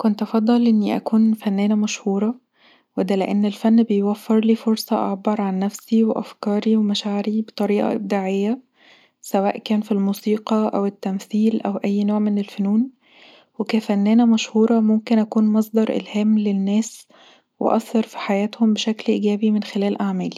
كنت افضل اني اكون فنانه مشهوره وده لأن الفن بيوفرلي فرصة ذاعبر عن نفسي وافكاري ومشاعري بطريقا ابداعيه سواء كان في الموسيقي او التمثيل او اي نوع من الفنون وكفنانانة مشهوره ممكن اكون مصدر إلهام للناس وأثر في حياتهم بشكل إيجابي من خلال أعمالي